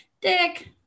dick